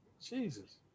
Jesus